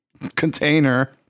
container